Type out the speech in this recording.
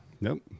Nope